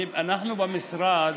אנחנו במשרד,